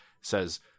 Says